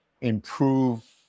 improve